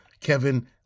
Kevin